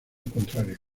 contrario